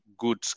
good